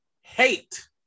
hate